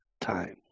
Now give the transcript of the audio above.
time